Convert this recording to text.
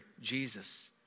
Jesus